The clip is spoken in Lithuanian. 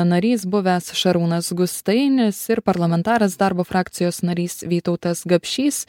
narys buvęs šarūnas gustainis ir parlamentaras darbo frakcijos narys vytautas gapšys